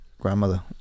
grandmother